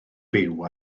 byw